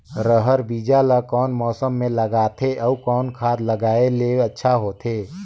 रहर बीजा ला कौन मौसम मे लगाथे अउ कौन खाद लगायेले अच्छा होथे?